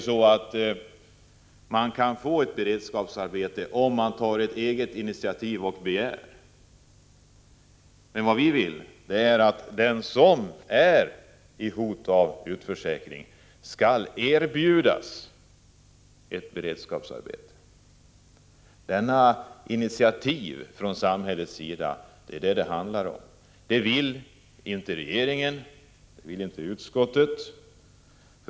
I dag kan man få beredskapsarbete om man tar eget initiativ och begär det. Men vad vi vill är att den som hotas av utförsäkring skall erbjudas ett beredskapsarbete. Detta initiativ från samhällets sida är vad det handlar om. Det vill inte regeringen, och det vill inte utskottet.